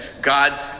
God